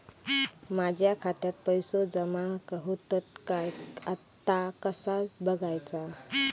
माझ्या खात्यात पैसो जमा होतत काय ता कसा बगायचा?